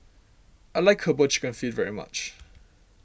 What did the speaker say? I like Herbal Chicken Feet very much